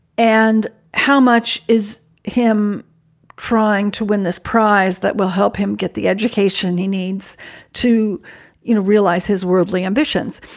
and how much is him trying to win this prize? that will help him get the education he needs to you know realise his worldly ambitions.